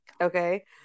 okay